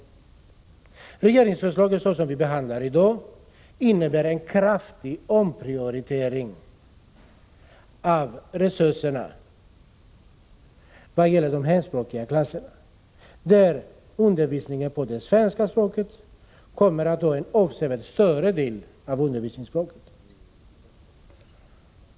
Det regeringsförslag som vi behandlar i dag innebär en kraftig omprioritering av resurserna vad gäller de hemspråkiga klasserna, där undervisningen på svenska språket kommer att ta en avsevärd större del av tiden i anspråk än hemspråksundervisningen.